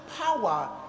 power